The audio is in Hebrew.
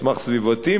מסמך סביבתי,